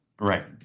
Right